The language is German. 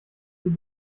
sie